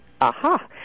aha